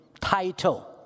title